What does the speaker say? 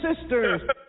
Sisters